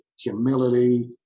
humility